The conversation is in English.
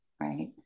right